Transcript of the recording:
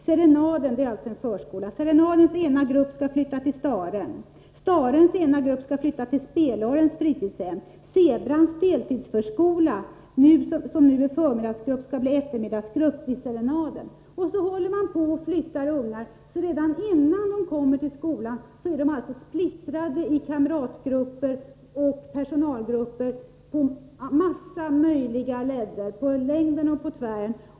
Brevet fortsätter: ”Serenadens ena grupp ska flytta till Staren. Starens ena grupp ska flytta till Spelorrens fritidshem. Zebrans deltidsförskola ska bli eftermiddagsgrupp vid Serenaden.” Så håller man på och flyttar ungar så att de redan innan de kommer till skolan är splittrade i olika kamratoch personalgrupper på många olika ledder, på längden och på tvären.